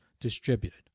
distributed